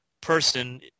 person